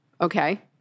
Okay